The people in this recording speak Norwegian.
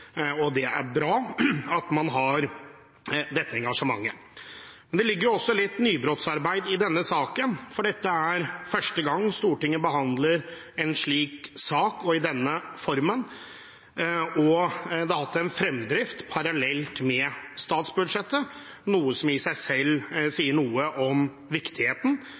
og det er bra at man har dette engasjementet. Det ligger også litt nybrottsarbeid i denne saken, for dette er første gang Stortinget behandler en slik sak, og i denne formen. Den har hatt en fremdrift parallelt med statsbudsjettet, noe som i seg selv sier noe om viktigheten.